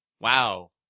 Wow